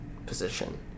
position